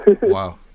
Wow